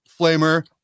flamer